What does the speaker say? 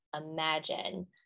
imagine